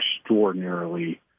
extraordinarily